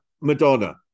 Madonna